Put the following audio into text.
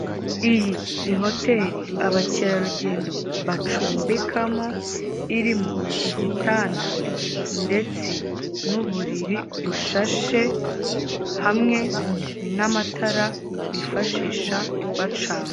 Iyi ni hoteli abakerarugendo bacumbikamo, irimo igitanda ndetse n'uburiri bushashe, hamwe n'amatara bifashisha bacana.